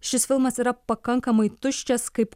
šis filmas yra pakankamai tuščias kaip